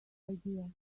idea